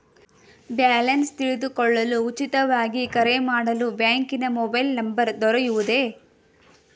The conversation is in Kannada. ಬ್ಯಾಲೆನ್ಸ್ ತಿಳಿದುಕೊಳ್ಳಲು ಉಚಿತವಾಗಿ ಕರೆ ಮಾಡಲು ಬ್ಯಾಂಕಿನ ಮೊಬೈಲ್ ನಂಬರ್ ದೊರೆಯುವುದೇ?